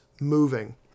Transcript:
moving